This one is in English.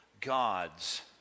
gods